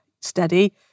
steady